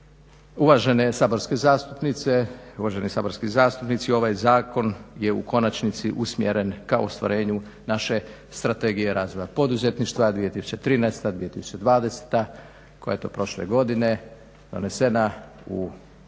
Uvažene saborske zastupnice, uvaženi saborski zastupnici, ovaj zakon je u konačnici usmjeren ka ostvarenju naše Strategije razvoja poduzetništva 2013.-2020. koja je prošle godine donesena u ovom